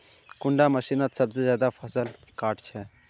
कुंडा मशीनोत सबसे ज्यादा फसल काट छै?